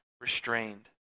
restrained